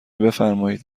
بفرمایید